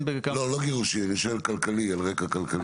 לא גירושים, אני שואל על רקע כלכלי.